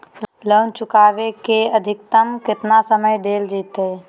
Loan चुकाबे के अधिकतम केतना समय डेल जयते?